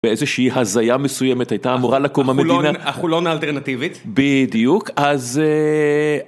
באיזושהי הזיה מסוימת הייתה אמורה לקום המדינה, החולון האלטרנטיבית, בדיוק. אז